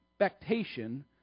expectation